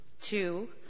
Two